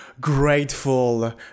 grateful